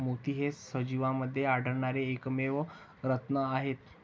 मोती हे सजीवांमध्ये आढळणारे एकमेव रत्न आहेत